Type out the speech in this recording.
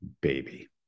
baby